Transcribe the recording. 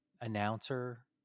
announcer